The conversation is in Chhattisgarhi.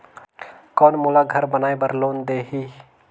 कौन मोला घर बनाय बार लोन देही?